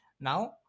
Now